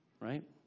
Right